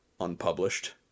unpublished